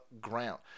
ground